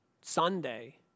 Sunday